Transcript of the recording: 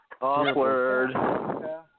Awkward